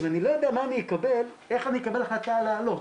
אם אני לא יודע מה אני אקבל איך אני אקבל החלטה לעלות?